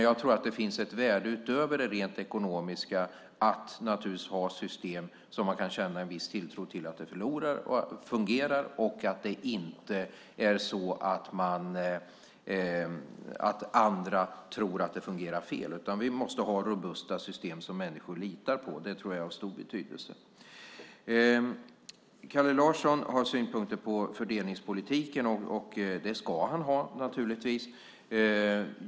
Jag tror att det finns ett värde utöver det rent ekonomiska i att ha system som man kan känna en viss tilltro till. Man ska veta att de fungerar, och andra ska inte tro att de fungerar fel. Vi måste ha robusta system som människor litar på. Det tror jag är av stor betydelse. Kalle Larsson har synpunkter på fördelningspolitiken. Det ska han naturligtvis ha.